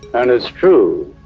and it's true.